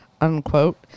unquote